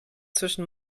zwischen